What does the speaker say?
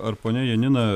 ar ponia janina